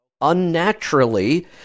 unnaturally